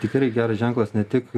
tikrai geras ženklas ne tik